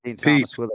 Peace